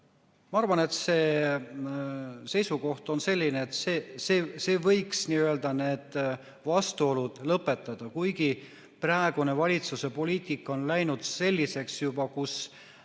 Ma arvan, et see seisukoht on selline, et see võiks need vastuolud lõpetada, kuigi praegune valitsuse poliitika on läinud juba selliseks, et